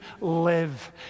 live